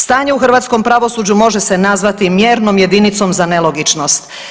Stanje u hrvatskom pravosuđu može se nazvati mjernom jedinicom za nelogičnost.